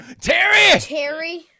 Terry